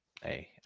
Hey